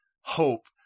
Hope